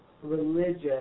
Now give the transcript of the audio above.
Religious